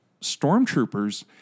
stormtroopers